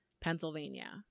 Pennsylvania